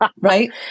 Right